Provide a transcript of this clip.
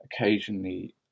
occasionally